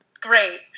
great